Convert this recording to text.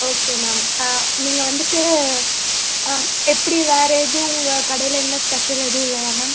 okay ma'am நீங்கள் வந்துட்டு எப்படி வேறு எதுவும் உங்கள் கடையில் என்ன ஸ்பெஷல் எதுவும் இல்லையா மேம்